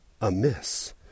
amiss